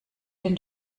den